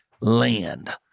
land